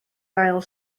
ail